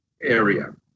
area